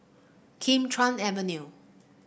Kim Chuan Avenue